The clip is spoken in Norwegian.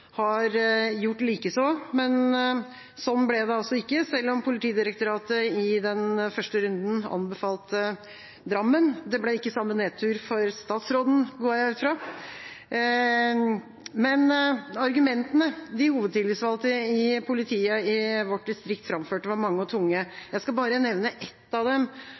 har gjort likeså. Sånn ble det altså ikke selv om Politidirektoratet i den første runden anbefalte Drammen. Det ble ikke samme nedtur for statsråden, går jeg ut fra. Men argumentene de hovedtillitsvalgte i politiet i vårt distrikt framførte, var mange og tunge. Jeg skal bare nevne ett av dem